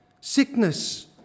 Sickness